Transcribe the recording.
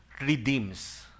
redeems